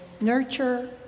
nurture